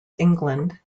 england